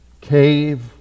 cave